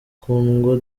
kundwa